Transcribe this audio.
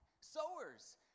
Sowers